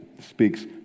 speaks